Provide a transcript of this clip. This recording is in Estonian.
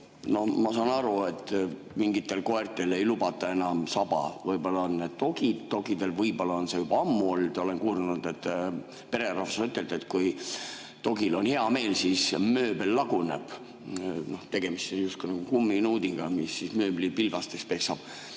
Ma saan aru, et mingitel koertel ei lubata enam saba [lõigata]. Võib-olla on need dogid, dogidel võib-olla on see juba ammu nii olnud. Olen kuulnud, kui pererahvas on ütelnud, et kui dogil on hea meel, siis mööbel laguneb, tegemist on justkui kumminuudiga, mis mööbli pilbasteks peksab.